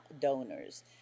donors